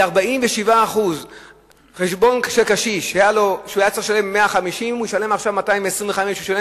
47%. חשבון: קשיש שהיה צריך לשלם 150 שקל ישלם עכשיו 225 שקל,